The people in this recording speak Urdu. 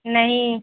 نہیں